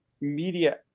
media